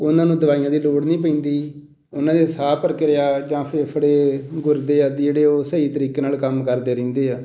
ਉਹਨਾਂ ਨੂੰ ਦਵਾਈਆਂ ਦੀ ਲੋੜ ਨਹੀਂ ਪੈਂਦੀ ਉਹਨਾਂ ਦੀ ਸਾਹ ਪ੍ਰਕਿਰਿਆ ਜਾਂ ਫੇਫੜੇ ਗੁਰਦੇ ਆਦਿ ਜਿਹੜੇ ਉਹ ਸਹੀ ਤਰੀਕੇ ਨਾਲ ਕੰਮ ਕਰਦੇ ਰਹਿੰਦੇ ਆ